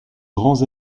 grands